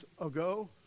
ago